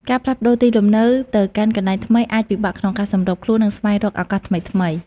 ការផ្លាស់ប្តូរទីលំនៅទៅកាន់កន្លែងថ្មីអាចពិបាកក្នុងការសម្របខ្លួន និងស្វែងរកឱកាសថ្មីៗ។